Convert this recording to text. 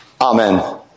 Amen